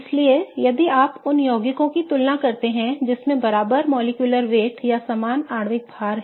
इसलिए यदि आप उन यौगिकों की तुलना करते हैं जिनमें बराबर आणविक भार या समान आणविक भार है